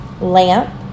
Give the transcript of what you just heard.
lamp